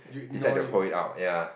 decide to hold it out ya